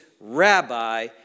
rabbi